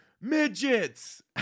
midgets